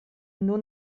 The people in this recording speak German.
nur